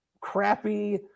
crappy